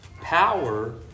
power